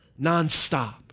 nonstop